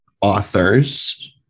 authors